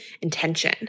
intention